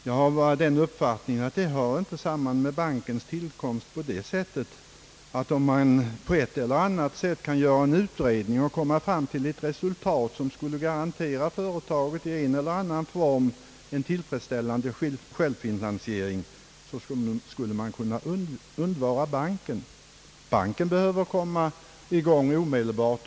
Jag anser bara att det inte hör samman med bankens tillkomst på det sättet, att man skulle kunna undvara banken om det vore möjligt att i en eller annan form göra en utredning och komma fram till ett resultat som skulle garantera företagen en tillfredsställande självfinansiering. Investeringsbanken behöver komma i gång omedelbart.